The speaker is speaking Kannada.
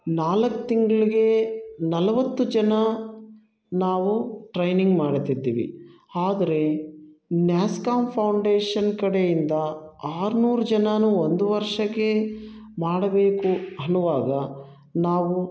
ನಾಲ್ಕು ತಿಂಗಳಿಗೆ ನಲ್ವತ್ತು ಜನ ನಾವು ಟ್ರೈನಿಂಗ್ ಮಾಡುತ್ತಿದ್ದೀವಿ ಆದರೆ ನ್ಯಾಸ್ಕಾಮ್ ಫೌಂಡೇಶನ್ ಕಡೆಯಿಂದ ಆರ್ನೂರು ಜನರೂ ಒಂದು ವರ್ಷಕ್ಕೆ ಮಾಡಬೇಕು ಅನ್ನುವಾಗ ನಾವು